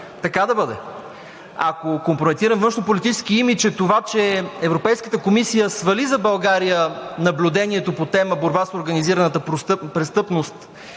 така да бъде! Ако компрометиран външнополитически имидж е това, че Европейската комисия свали за България наблюдението по тема „Борба с организираната престъпност“